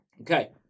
Okay